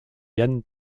jan